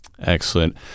Excellent